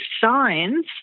signs